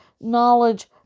knowledge